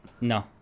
No